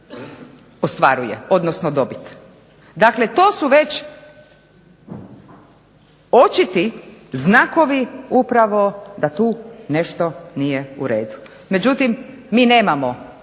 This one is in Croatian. ostvaruje odnosno dobit. Dakle, to su već očiti znakovi upravo da tu nešto nije u redu, međutim mi nemamo